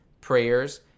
prayers